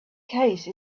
case